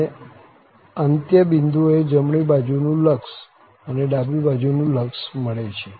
અને અંત્ય બિંદુઓ એ જમણી બાજુનું લક્ષ અને ડાબી બાજુનું લક્ષ મળે છે